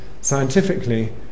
scientifically